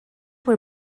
were